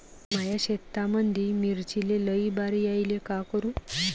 माया शेतामंदी मिर्चीले लई बार यायले का करू?